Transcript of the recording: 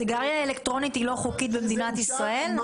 סיגריה אלקטרונית היא לא חוקית במדינת ישראל?